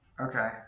Okay